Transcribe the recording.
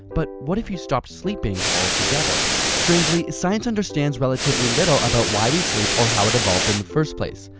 but what if you stopped sleeping all together? strangely, science understands relatively little about why we sleep or how it evolved in the first place.